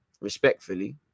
respectfully